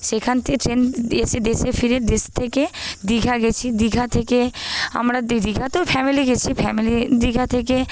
সেখান থেকে ট্রেন এসে দেশে ফিরে দেশ থেকে দীঘা গেছি দীঘা থেকে আমরা দীঘাতেও ফ্যামিলি গেছি ফ্যামিলি দীঘা থেকে